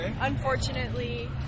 unfortunately